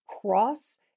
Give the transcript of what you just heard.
cross